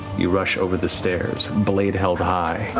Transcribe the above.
you rush over the stairs, blade held high.